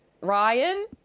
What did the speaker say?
ryan